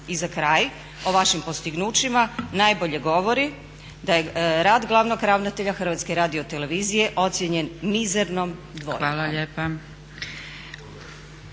I za kraj, o vašim postignućima najbolje govori da je rad glavnog ravnatelja Hrvatske radiotelevizije ocijenjen mizernom dvojkom. **Zgrebec,